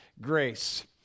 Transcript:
Grace